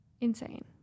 insane